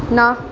ਨਾ